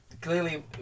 Clearly